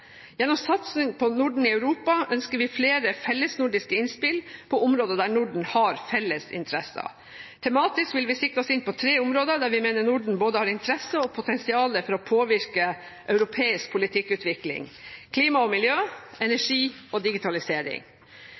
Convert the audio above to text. Gjennom satsing på Norden i Europa ønsker vi flere fellesnordiske innspill på områder der Norden har felles interesser. Tematisk vil vi sikte oss inn på tre områder der vi mener Norden har både interesse og potensial for å påvirke europeisk politikkutvikling: klima og miljø, energi og digitalisering.